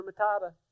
Matata